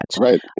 Right